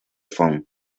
fun